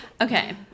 Okay